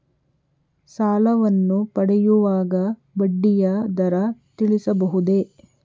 ಸಾಲವನ್ನು ಪಡೆಯುವಾಗ ಬಡ್ಡಿಯ ದರ ತಿಳಿಸಬಹುದೇ?